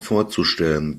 vorzustellen